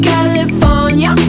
California